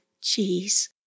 cheese